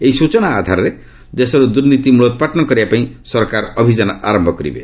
ଏହି ସ୍ବଚନା ଆଧାରରେ ଦେଶରୁ ଦୁର୍ନୀତି ମୂଳୋତ୍ପାଟନ କରିବାପାଇଁ ସରକାର ଅଭିଯାନ ଆରମ୍ଭ କରିବେ